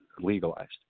legalized